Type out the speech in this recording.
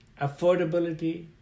affordability